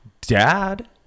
dad